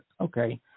okay